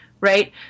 right